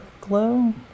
glow